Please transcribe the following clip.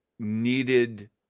needed